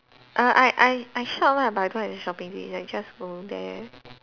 err I I I shop lah but I don't have shopping tips like just go there